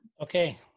Okay